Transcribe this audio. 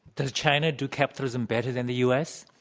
does china do capitalism better than the u. s?